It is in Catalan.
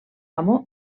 amo